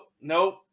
nope